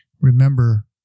Remember